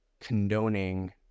condoning